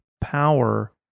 power